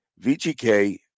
VGK